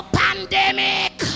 pandemic